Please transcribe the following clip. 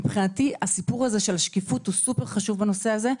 מבחינתי הסיפור הזה של השקיפות הוא סופר-חשוב בנושא הזה,